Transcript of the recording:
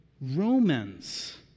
Romans